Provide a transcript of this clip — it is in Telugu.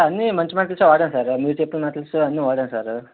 అన్ని మంచి మెటల్స్ వాడాం సారు మీరు చెప్పిన మెటల్స్ అన్ని వాడాం సారు